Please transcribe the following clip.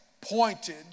pointed